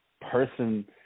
person